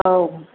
औ